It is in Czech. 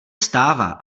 stává